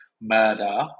murder